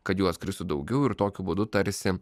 kad jų atskristų daugiau ir tokiu būdu tarsi